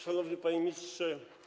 Szanowny Panie Ministrze!